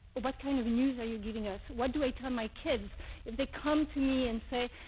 what kind of news are you giving us? what do i tell my kids if they come to me and say,